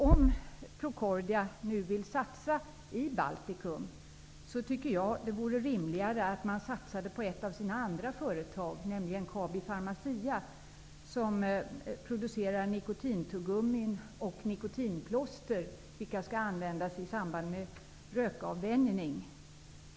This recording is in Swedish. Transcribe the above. Om Procordia nu vill satsa i Baltikum, tycker jag att det vore rimligare att man satsade på ett av sina andra företag, nämligen Kabi-Pharmacia, som producerar nikotintuggummi och nikotinplåster, vilka används i samband med rökavvänjning.